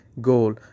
goal